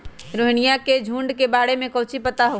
रोहिनया के झुंड के बारे में कौची पता हाउ?